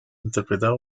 interpretado